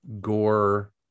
gore